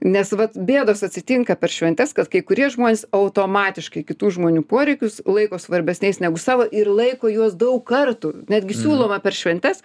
nes vat bėdos atsitinka per šventes kad kai kurie žmonės automatiškai kitų žmonių poreikius laiko svarbesniais negu savo ir laiko juos daug kartų netgi siūloma per šventes